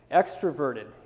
extroverted